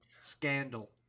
scandal